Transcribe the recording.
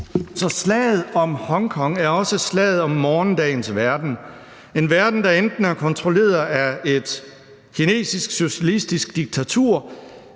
slaget om Hongkong er også slaget om morgendagens verden – enten en verden, der er kontrolleret af et kinesisk socialistisk diktatur,